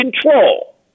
control